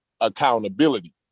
accountability